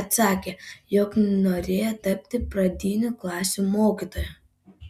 atsakė jog norėjo tapti pradinių klasių mokytoja